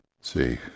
See